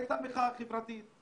הייתה מחאה חברתית,